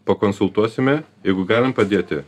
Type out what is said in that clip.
pakonsultuosime jeigu galim padėti